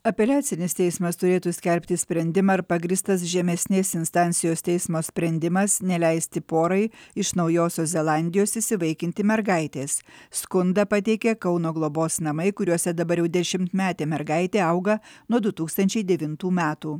apeliacinis teismas turėtų skelbti sprendimą ar pagrįstas žemesnės instancijos teismo sprendimas neleisti porai iš naujosios zelandijos įsivaikinti mergaitės skundą pateikė kauno globos namai kuriuose dabar jau dešimtmetė mergaitė auga nuo du tūkstančiai devintų metų